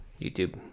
YouTube